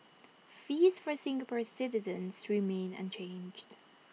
fees for Singapore citizens remain unchanged